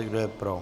Kdo je pro?